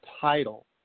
title